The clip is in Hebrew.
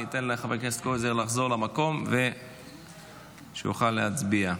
אני אתן לחבר הכנסת קרויזר לחזור למקום שיוכל להצביע.